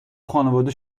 خانواده